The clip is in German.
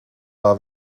war